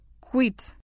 quit